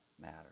matter